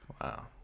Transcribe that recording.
Wow